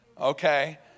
Okay